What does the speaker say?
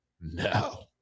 no